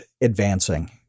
advancing